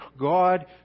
God